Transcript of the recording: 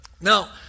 now